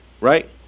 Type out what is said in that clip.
right